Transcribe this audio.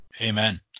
Amen